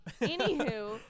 Anywho